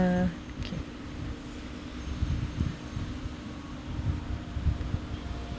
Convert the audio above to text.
uh okay